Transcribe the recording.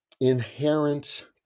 inherent